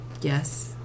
Yes